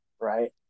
right